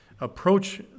approach